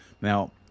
Now